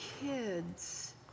kids